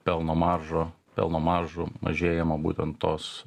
pelno maržo pelno maržų mažėjimą būtent tos